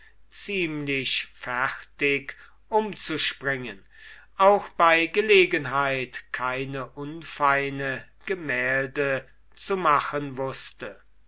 ziemlich fertig umzuspringen auch bei gelegenheit keine unfeine gemälde zu machen wußte